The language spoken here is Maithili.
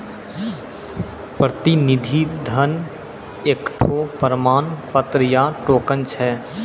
प्रतिनिधि धन एकठो प्रमाण पत्र या टोकन छै